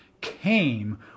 came